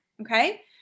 okay